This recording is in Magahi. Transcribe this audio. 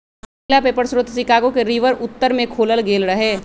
पहिला पेपर स्रोत शिकागो के रिवर उत्तर में खोलल गेल रहै